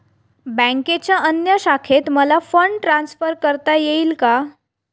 बँकेच्या अन्य शाखेत मला फंड ट्रान्सफर करता येईल का?